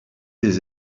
this